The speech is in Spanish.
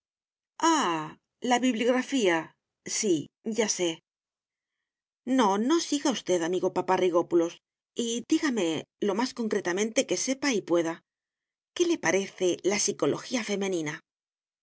la bibliografía sí ya sé no no siga usted amigo paparrigópulos y dígame lo más concretamente que sepa y pueda qué le parece de la psicología femenina